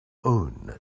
own